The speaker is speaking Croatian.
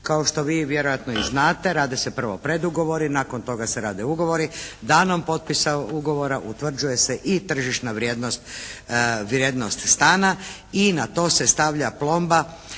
Kao što vi vjerojatno i znate, radi se prvo o predugovoru i nakon toga se rade ugovori. Danom potpisom ugovora utvrđuje se i tržišna vrijednost stana i na to se stavlja plomba